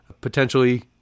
potentially